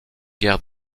guerre